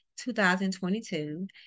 2022